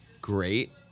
great